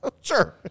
Sure